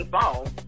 phone